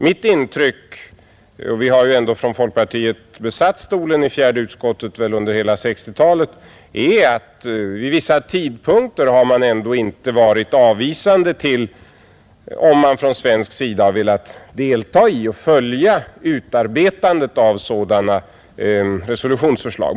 Mitt intryck är — folkpartiet har ändå besatt stolen i fjärde utskottet under hela 1960-talet och där fått inblick i förhållandena — att vid vissa tidpunkter har man inte ställt sig avvisande om Sverige velat delta i och följa utarbetandet av sådana resolutionsförslag.